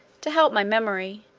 to help my memory,